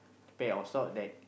pair of sock that